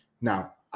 Now